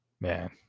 Man